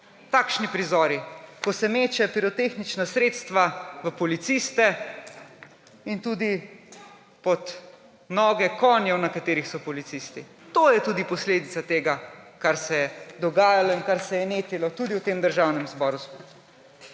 takšni prizori, ko se meče pirotehnična sredstva v policiste in tudi pod noge konjev, na katerih so policisti. To je tudi posledica tega, kar se je dogajalo in kar se je netilo tudi v tem državnem zboru.